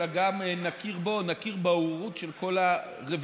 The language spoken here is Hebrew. אלא גם נכיר בהורות של כל הרביעייה?